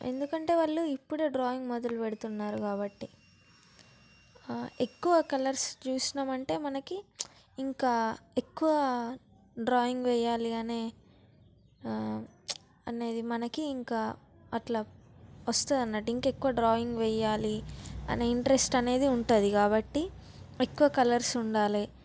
ఎందుకంటే వాళ్ళు ఇప్పుడే డ్రాయింగ్ మొదలు పెడుతున్నారు కాబట్టి ఎక్కువ కలర్స్ చూసినాం అంటే మనకి ఇంకా ఎక్కువ డ్రాయింగ్ వేయాలి అనే అనేది మనకి ఇంకా అట్లా వస్తుంది అన్నట్టు ఇంకా ఎక్కువ డ్రాయింగ్ వేయాలి అనే ఇంట్రెస్ట్ అనేది ఉంటుంది కాబట్టి ఎక్కువ కలర్స్ ఉండాలి